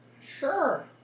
sure